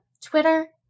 Twitter